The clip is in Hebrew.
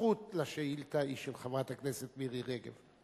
הזכות לשאילתא היא של חברת הכנסת מירי רגב.